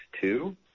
two